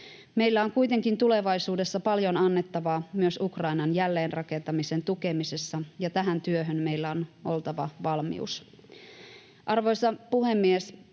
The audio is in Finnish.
Meillä on kuitenkin tulevaisuudessa paljon annettavaa myös Ukrainan jälleenrakentamisen tukemisessa, ja tähän työhön meillä on oltava valmius. Arvoisa puhemies!